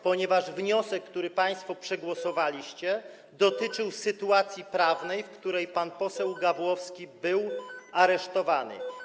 Ponieważ wniosek, który państwo przegłosowaliście, dotyczył sytuacji prawnej, w której pan poseł Gawłowski był aresztowany.